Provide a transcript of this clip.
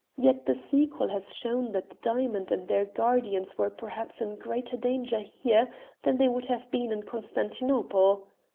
yet the sequel has shown that the diamonds and their guardians were perhaps in greater danger here than they would have been in constantinople.